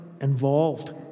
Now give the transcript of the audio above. involved